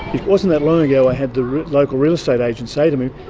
it wasn't that long ago, i had the local real estate agent say to me,